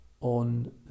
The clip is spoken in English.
on